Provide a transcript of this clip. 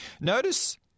Notice